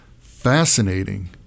fascinating